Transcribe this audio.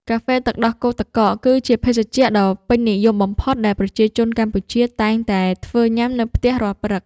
កាហ្វេទឹកដោះគោទឹកកក គឺជាភេសជ្ជៈដ៏ពេញនិយមបំផុតដែលប្រជាជនកម្ពុជាតែងតែធ្វើញ៉ាំនៅផ្ទះរាល់ព្រឹក។